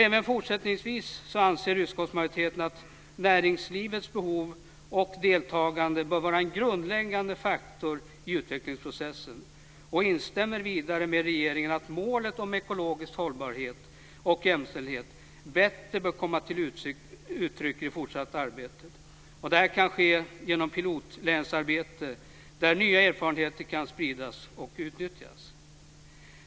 Även fortsättningsvis anser utskottsmajoriteten att näringslivets behov och deltagande bör vara en grundläggande faktor i utvecklingsprocessen och instämmer vidare med regeringen om att målet om ekologisk hållbarhet och jämställdhet bättre bör komma till uttryck i det fortsatta arbetet. Det kan ske genom pilotlänsarbete där nya erfarenheter kan spridas och utnyttjas. Fru talman!